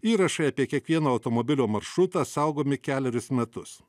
įrašai apie kiekvieną automobilio maršrutą saugomi kelerius metus